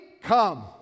come